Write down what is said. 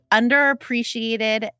underappreciated